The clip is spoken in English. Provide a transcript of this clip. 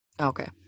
Okay